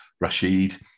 Rashid